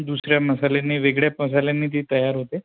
दुसऱ्या मसाल्यांनी वेगळ्या मसाल्यांनी ती तयार होते